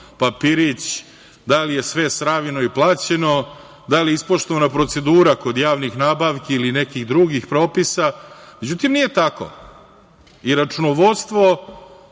papirić da li je sve sravnjeno i plaćeno, da li je ispoštovana procedura kod javnih nabavki ili nekih drugih propisa.Međutim, nije tako i računovodstvo,